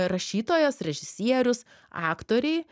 rašytojas režisierius aktoriai